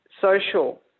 social